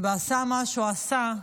ועשה מה שהוא עשה,